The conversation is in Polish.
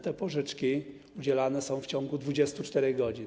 Te pożyczki udzielane są w ciągu 24 godzin.